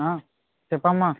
చెప్పమ్మా